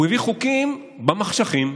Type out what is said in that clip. והוא הביא חוקים במחשכים.